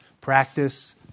practice